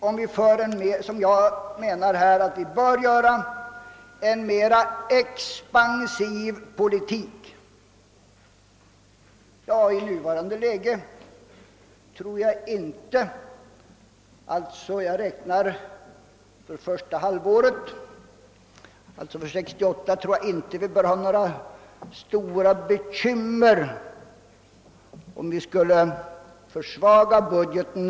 Nå, hur kommer då budgeten att se ut, om vi för en mera expansiv politik, vilket jag anser att vi bör göra? Jag tror inte att vi under första halvåret 1968 med den försvagning som föreligger i konjunkturen behöver ha några större bekymmer, även om vi skulle försvaga budgeten.